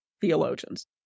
theologians